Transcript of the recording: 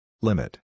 Limit